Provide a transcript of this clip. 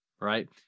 Right